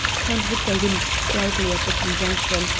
count victor winced slightly at the conjunction,